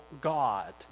God